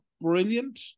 brilliant